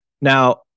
now